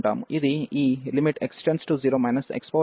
ఇది ఈ x→0x1 mxm 11 xn 11కు సమానం